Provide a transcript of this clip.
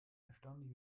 erstaunlich